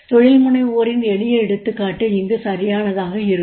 தொழில்முனைவோரின் எளிய எடுத்துக்காட்டு இங்கு சரியானதாக இருக்கும்